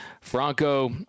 Franco